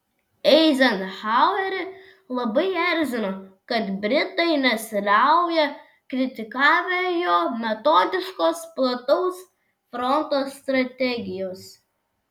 eizenhauerį labai erzino kad britai nesiliauja kritikavę jo metodiškos plataus fronto strategijos